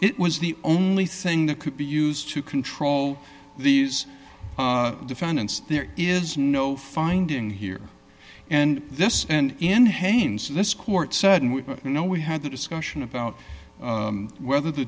it was the only thing that could be used to control these defendants there is no finding here and this and in haynes this court said we you know we had the discussion about whether the